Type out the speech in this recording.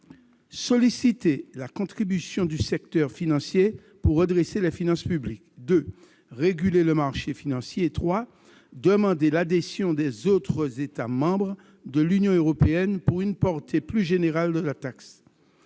: solliciter la contribution du secteur financier pour redresser les finances publiques ; réguler le marché boursier ; demander l'adhésion des autres États membres de l'Union européenne pour une portée plus générale de la taxe.